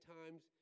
times